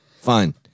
Fine